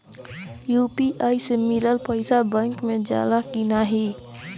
UPI से मिलल पईसा बैंक मे जाला की नाहीं?